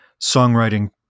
songwriting